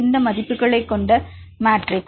இந்த மதிப்புகளைக் கொண்ட மேட்ரிக்ஸ்